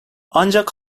ancak